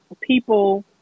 people